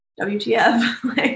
WTF